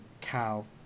Cal